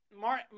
Mark